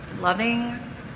loving